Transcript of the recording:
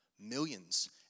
Millions